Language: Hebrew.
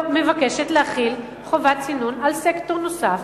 מבקשת להחיל חובת צינון על סקטור נוסף,